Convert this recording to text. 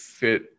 fit